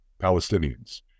Palestinians